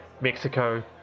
mexico